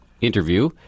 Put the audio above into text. interview